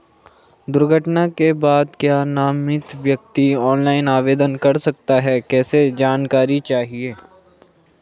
दुर्घटना के बाद क्या नामित व्यक्ति ऑनलाइन आवेदन कर सकता है कैसे जानकारी चाहिए?